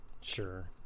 Sure